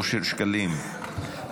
אושר שקלים,